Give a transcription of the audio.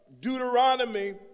Deuteronomy